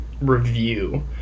review